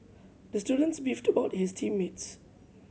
the student beefed about his team mates